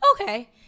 okay